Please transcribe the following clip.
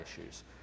issues